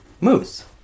Moose